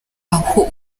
aho